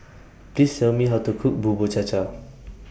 Please Tell Me How to Cook Bubur Cha Cha